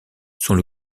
sont